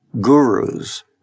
gurus